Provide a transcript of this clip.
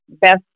best